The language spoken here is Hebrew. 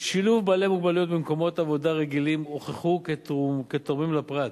שילוב בעלי מוגבלויות במקומות עבודה רגילים הוכח כתורם לפרט,